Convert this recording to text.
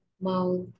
mouth